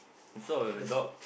there's